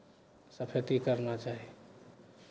सफैती करना चाही